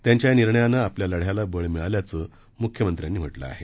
त्यांच्या या निर्णयाने आपल्या लढ्याला बळ मिळाल्याचं मुख्यमंत्र्यांनी म्हटलं आहे